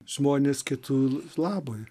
žmonės kitų labui